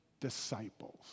disciples